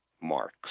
marks